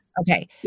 Okay